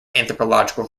anthropological